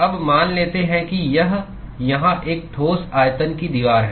अब मान लेते हैं कि यह यहाँ एक ठोस आयतन की दीवार है